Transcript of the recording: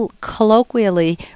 colloquially